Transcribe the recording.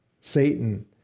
Satan